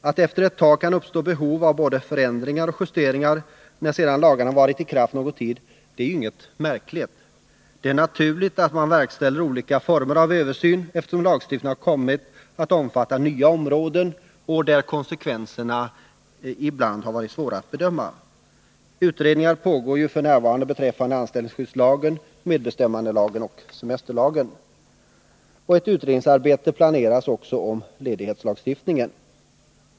Att det efter det att lagarna har varit i kraft någon tid kan uppstå behov av både förändringar och justeringar är inte märkligt. Det är naturligt att man verkställer olika former av översyn, eftersom lagstiftningen har kommit att omfatta nya områden där konsekvenserna ibland har varit svåra att bedöma. Utredningar pågår f. n. beträffande anställningsskyddslagen, medbestämmandelagen och semesterlagen. Och ett utredningsarbete planeras också om ledighetslagstiftningen.